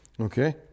Okay